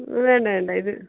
വേണ്ട വേണ്ട ഇത്